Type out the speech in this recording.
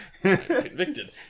Convicted